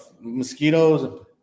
mosquitoes